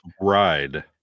ride